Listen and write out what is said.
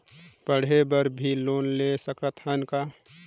पढ़े बर भी लोन ले सकत हन का?